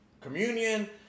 communion